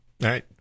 Right